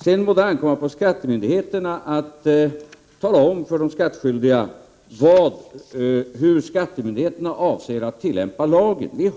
Sedan må det ankomma på skattemyndigheterna att tala om för de skattskydliga hur skattemyndigheterna avser att tillämpa lagen. Som